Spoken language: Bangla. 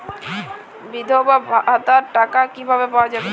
বিধবা ভাতার টাকা কিভাবে পাওয়া যাবে?